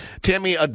Tammy